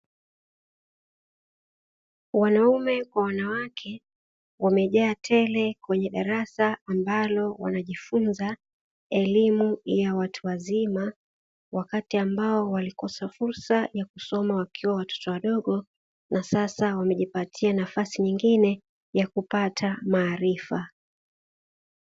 Wanaume kwa wanawake wamejaa tele kwenye darasa ambalo wanajifunza elimu ya watu wazima, wakati ambao walikosa fursa ya kusoma wakiwa watoto wadogo na sasa wamejipatia nafasi nyingine ya kupata maarifa.